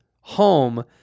home